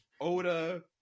oda